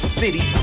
city